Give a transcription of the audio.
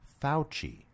Fauci